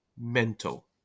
mental